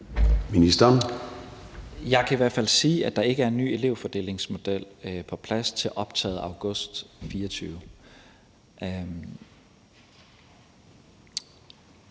Jeg kan i hvert fald sige, at der ikke er en ny elevfordelingsmodel på plads til optaget i august 2024.